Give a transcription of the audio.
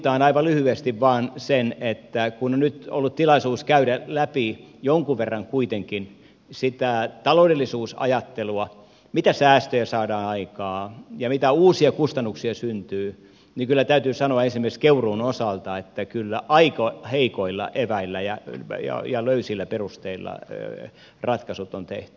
kuittaan aivan lyhyesti vaan sen että kun on nyt ollut tilaisuus käydä läpi jonkun verran kuitenkin sitä taloudellisuusajattelua mitä säästöjä saadaan aikaan ja mitä uusia kustannuksia syntyy niin kyllä täytyy sanoa esimerkiksi keuruun osalta että kyllä aika heikoilla eväillä ja löysillä perusteilla ratkaisut on tehty